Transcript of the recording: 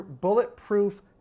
bulletproof